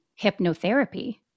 hypnotherapy